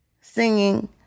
singing